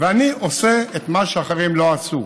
ואני עושה את מה שאחרים לא עשו.